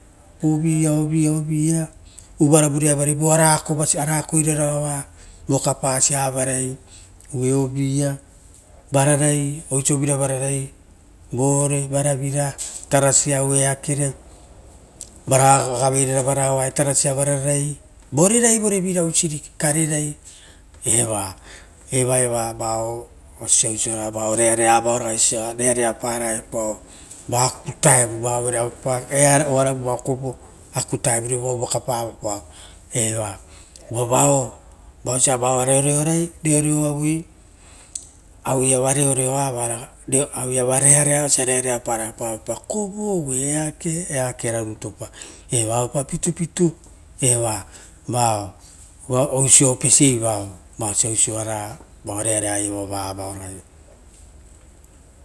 Uvia uvia uvia ovuvire avaravere vo araokoi rara, uvarovure avarai vo araokoiraraioa vokapasa varia, oo ovuviaia vararai oisio vira vavarai vore varavira tatasia auuere eakere au varo gagaveirara ra vararore tatasia varerai, varerai aia vore vira karesia oisiri eva, eva iava vao rearea oisiosa reareaparaepao. Vaku taevu vao aveio pa koro ova aueropa oaravu pa kovo, ovata vu ia vokapae pao eva, uva vao oa vaia reoreorai aueiava reoreoa vaoia ragai auiava rearea osa rearea paraepao auepa koro oo eake, eakeara rutupa evapa pitupitu eva vao oa oisio opesiei, osia oisoa va rearea vao ragai.